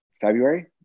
February